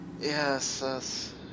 Yes